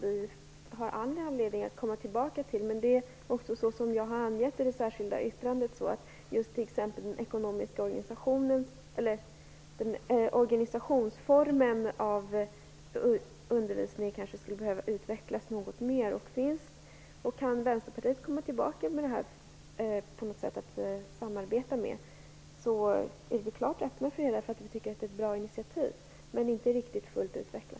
Vi har all anledning att komma tillbaka till förslaget om Open University, men som jag har anmält i det särskilda yttrandet skulle kanske undervisningens organisation behöva utvecklas något mer. Kanske kan Vänsterpartiet på något sätt komma tillbaka till detta för ett vidare samarbete. Vi tycker att det är ett bra initiativ, även om det inte är riktigt fullt utvecklat.